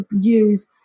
use